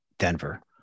denver